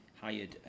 hired